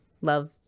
Love